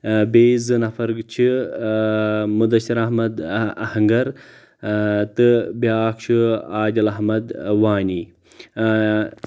بییٚہِ زٕ نفر چھِ اۭں مُدثر احمد اہنگر تہٕ بیاکھ چھُ عادل احمد وانی اۭں